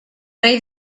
rei